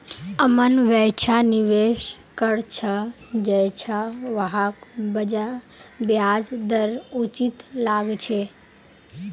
अमन वैछा निवेश कर छ जैछा वहाक ब्याज दर उचित लागछे